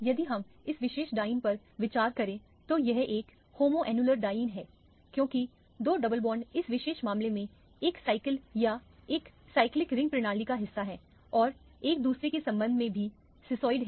यदि हम इस विशेष डाइईन पर विचार करें तो यह एक होम्योन्युलर डाइईन है क्योंकि दो डबल बॉन्ड इस विशेष मामले में एक साइकिल या एक साइक्लिक रिंग प्रणाली का हिस्सा हैं और एक दूसरे के संबंध में भी सिसोइड हैं